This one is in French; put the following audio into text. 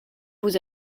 vous